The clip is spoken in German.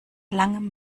langem